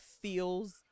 feels